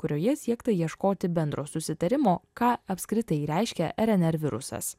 kurioje siekta ieškoti bendro susitarimo ką apskritai reiškia rnr virusas